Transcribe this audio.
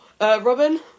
Robin